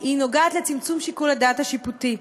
נוגעת לצמצום שיקול הדעת השיפוטי.